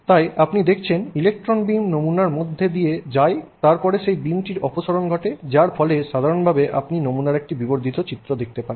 সুতরাং আপনি দেখেছেন ইলেকট্রন বীম নমুনার মধ্যে দিয়ে যায় তারপর সেই বীমটির অপসরণ ঘটে যার ফলে সাধারণভাবে আপনি নমুনার একটি বিবর্ধিত চিত্র দেখতে পান